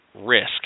risk